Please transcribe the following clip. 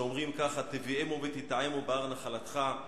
שאומרים ככה: "תביאמו ותטעמו בהר נחלתך"